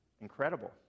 incredible